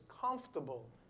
comfortable